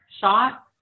shot